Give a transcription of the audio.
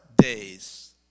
days